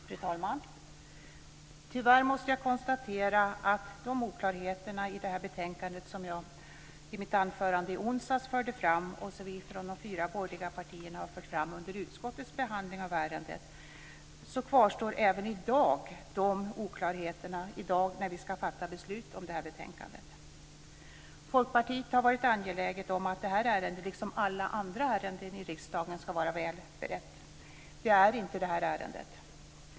Fru talman! Tyvärr måste jag konstatera att de oklarheter i det här betänkandet som jag i mitt anförande i onsdags förde fram och som vi från de fyra borgerliga partierna har fört fram under utskottets behandling av ärendet kvarstår även i dag när vi ska fatta beslut. Folkpartiet har varit angeläget om att det här ärendet, liksom alla andra ärenden i riksdagen, ska vara väl berett. Det är inte det här ärendet.